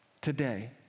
today